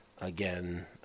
Again